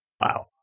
Wow